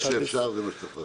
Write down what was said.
ברגע שאפשר, זהמה שצריך לעשות.